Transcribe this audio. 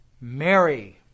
Mary